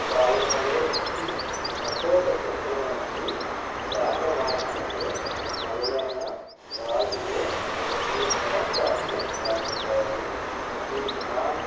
పాలనలో ఉంది అశోక చక్రవర్తి శాతవాహనుడు మొదలైన రాజులు ఈ ప్రాంతాన్ని పాలించారు ఈ ప్రాంతం